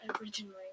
originally